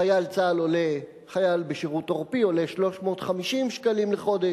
חייל צה"ל בשירות עורפי עולה 350 שקלים לחודש,